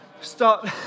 Start